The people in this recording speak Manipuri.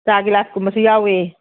ꯆꯥ ꯒꯤꯂꯥꯁꯀꯨꯝꯕꯁꯨ ꯌꯥꯎꯏ